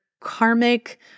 karmic